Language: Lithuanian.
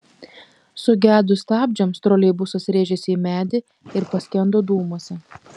sugedus stabdžiams troleibusas rėžėsi į medį ir paskendo dūmuose